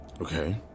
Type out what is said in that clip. Okay